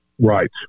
Right